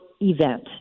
event